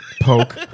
poke